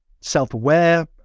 self-aware